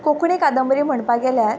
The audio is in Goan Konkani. कोंकणी कादंबरी म्हणपा गेल्यार